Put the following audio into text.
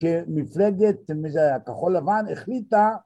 ‫כמפלגת, כחול לבן, החליטה...